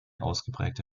ausgeprägte